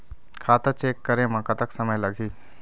खाता चेक करे म कतक समय लगही?